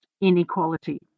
inequality